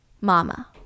Mama